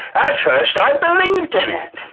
at first i believed in it,